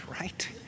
right